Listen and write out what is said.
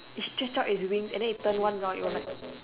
it stretch out it's wings and then it turn one round it will like